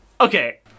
okay